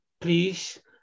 please